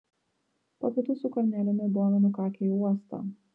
po pietų su kornelijumi buvome nukakę į uostą